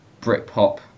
Britpop